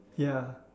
ya